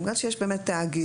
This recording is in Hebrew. יש באמת תאגיד.